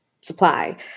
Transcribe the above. supply